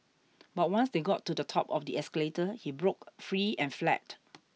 but once they got to the top of the escalator he broke free and fled